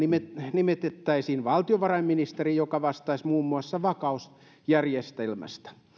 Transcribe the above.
nimitettäisiin valtiovarainministeri joka vastaisi muun muassa vakausjärjestelmästä